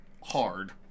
hard